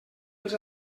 els